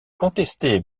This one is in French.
contesté